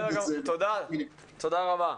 תודה רבה.